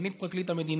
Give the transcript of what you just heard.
סגנית פרקליט המדינה,